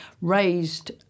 raised